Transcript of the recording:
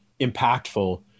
impactful